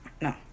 no